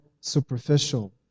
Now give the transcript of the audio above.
superficial